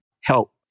help